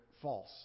false